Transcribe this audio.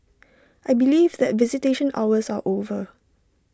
I believe that visitation hours are over